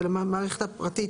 אלא המערכת הפרטית.